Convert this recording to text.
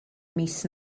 mis